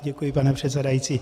Děkuji, pane předsedající.